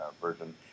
version